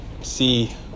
see